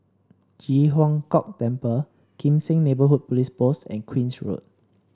Ji Huang Kok Temple Kim Seng Neighbourhood Police Post and Queen's Road